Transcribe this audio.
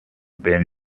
been